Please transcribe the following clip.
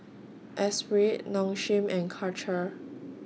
Espirit Nong Shim and Karcher